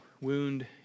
wound